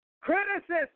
criticism